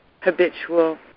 habitual